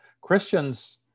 Christians